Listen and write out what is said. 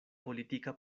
politika